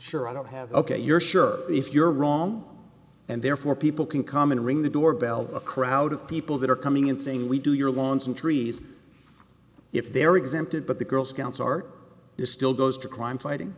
sure i don't have ok you're sure if you're wrong and therefore people can come and ring the doorbell a crowd of people that are coming in saying we do your lawns and trees if they're exempted but the girl scouts are still goes to crime fighting